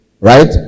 right